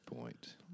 point